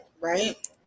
right